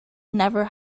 never